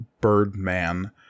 birdman